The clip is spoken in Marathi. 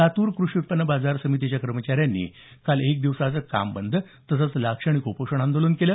लातूर कृषी उत्पन्न बाजार समितीच्या कर्मचाऱ्यांनी एक दिवसाचं काम बंद तसंच लाक्षणिक उपोषण आंदोलन केलं